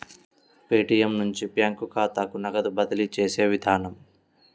Paytm నుంచి bank ఖాతాకు నగదు బదిలీ చేసే విధానం